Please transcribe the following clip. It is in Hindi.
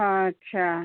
अच्छा